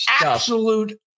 absolute